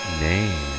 name